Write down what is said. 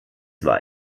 war